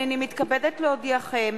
הנני מתכבדת להודיעכם,